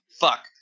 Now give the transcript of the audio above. fuck